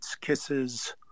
kisses